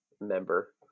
member